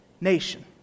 nation